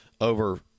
over